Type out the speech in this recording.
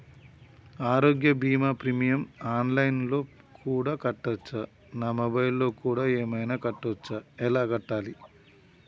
ఆరోగ్య బీమా premium online లో కూడా కట్టచ్చా? నా మొబైల్లో కూడా ఏమైనా కట్టొచ్చా? ఎలా కట్టాలి?